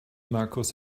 markus